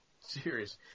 Serious